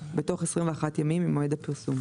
בתוך 21 ימים ממועד הפרסום.